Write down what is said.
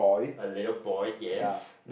a little boy yes